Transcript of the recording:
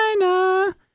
China